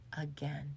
again